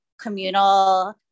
communal